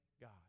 God